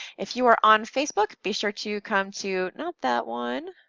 if you are on facebook, be sure to come to, not that one,